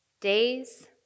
Days